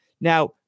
Now